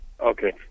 Okay